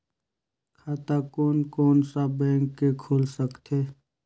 खाता कोन कोन सा बैंक के खुल सकथे?